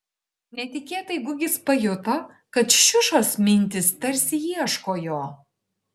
netikėtai gugis pajuto kad šiušos mintys tarsi ieško jo